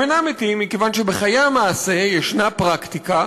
הם אינם מתים מכיוון שבחיי המעשה ישנה פרקטיקה